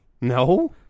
No